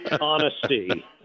honesty